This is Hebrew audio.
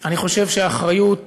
אני חושב שהאחריות שלנו,